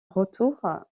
retour